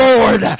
Lord